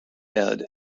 head